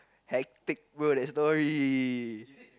hectic bro that story